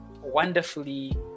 wonderfully